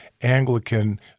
Anglican